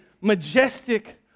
majestic